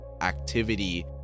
activity